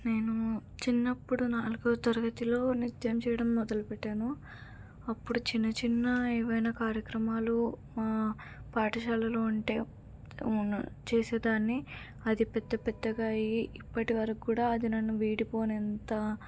నేను చిన్నప్పుడు నాలుగో తరగతిలో నృత్యం చేయడం మొదలు పెట్టాను అప్పుడు చిన్న చిన్న ఏవైనా కార్యక్రమాలు పాఠశాలలో ఉంటే చేసేదాన్ని అది పెద్ద పెద్దగా అయ్యి ఇప్పటి వరకు కూడా అది నన్ను వీడిపోనే అంతా